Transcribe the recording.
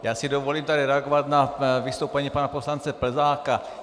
Já si tady dovolím reagovat na vystoupení pana poslance Plzáka.